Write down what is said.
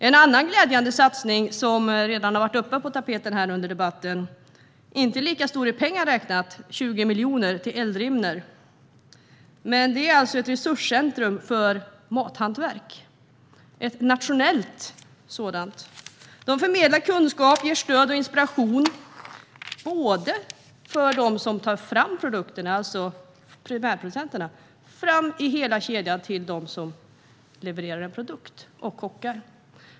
En annan glädjande satsning, som redan har varit uppe på tapeten under debatten men inte är lika stor i pengar räknat, är de 20 miljonerna till Eldrimner. Det är ett nationellt resurscentrum för mathantverk som förmedlar kunskap och ger stöd och inspiration, både för dem som tar fram produkterna, alltså primärproducenterna, och sedan fram i hela kedjan till dem som levererar en produkt samt kockar.